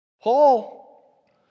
Paul